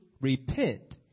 repent